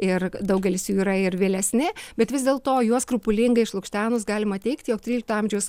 ir daugelis jų yra ir vėlesni bet vis dėl to juos skrupulingai išlukštenus galima teigti jog trylikto amžiaus